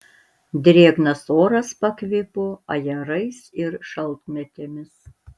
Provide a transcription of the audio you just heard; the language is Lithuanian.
drėgnas oras pakvipo ajerais ir šaltmėtėmis